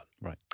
Right